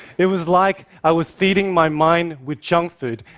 it was like i was feeding my mind with junk food,